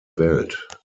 welt